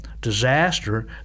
disaster